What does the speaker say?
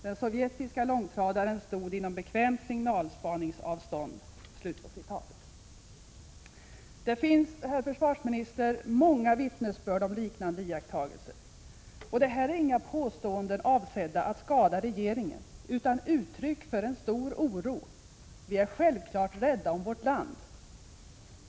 Den sovjetiska långtradaren stod inom bekvämt signalspaningsavstånd.” Det finns, herr försvarsminister, många vittnesbörd om liknande iakttagelser. Det här är inga påståenden avsedda att skada regeringen utan uttryck för en stor oro. Vi är självfallet rädda om vårt land.